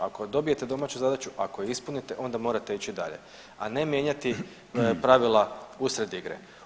Ako dobijete domaću zadaću, ako je ispunite onda morate ići dalje, a ne mijenjati pravila usred igre.